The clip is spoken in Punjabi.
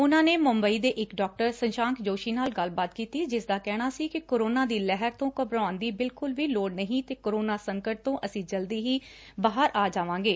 ਉਨਾਂ ਨੇ ਮੰਬਈ ਦੇ ਇੱਕ ਡਾਕਟਰ ਸ਼ਸਾਂਕ ਜੋਸ਼ੀ ਨਾਲ ਗੱਲਬਾਤ ਕੀਤੀ ਜਿਸਦਾ ਕਹਿਣਾ ਸੀ ਕਿ ਕੋਰੋਨਾ ਦੀ ਲਹਿਰ ਤੋਂ ਘਬਰਾਉਣ ਦੀ ਬਿਲਕੁਲ ਵੀ ਲੋੜ ਨਹੀਂ ਤੇ ਕੋਰੋਨਾ ਸੰਕਟ ਤੋਂ ਅਸੀਂ ਜਲਦੀ ਹੀ ਬਾਹਰ ਆ ਜਾਵਾਂਗੇ